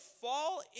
fall